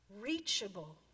reachable